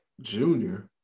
junior